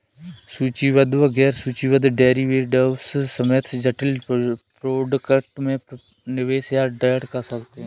सूचीबद्ध व गैर सूचीबद्ध डेरिवेटिव्स समेत जटिल प्रोडक्ट में निवेश या ट्रेड करते हैं